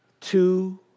two